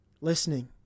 Listening